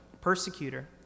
persecutor